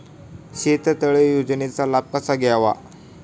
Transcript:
शेततळे योजनेचा लाभ कसा घ्यावा?